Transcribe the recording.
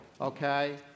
okay